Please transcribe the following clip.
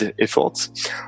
efforts